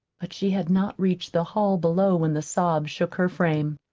but she had not reached the hall below when the sobs shook her frame.